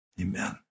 Amen